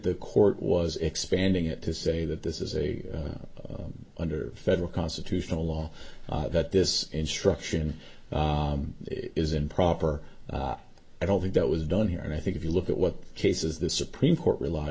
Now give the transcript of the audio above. the court was expanding it to say that this is a under federal constitutional law that this instruction is improper i don't think that was done here and i think if you look at what cases the supreme court relied